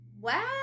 Wow